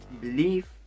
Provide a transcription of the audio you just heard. Belief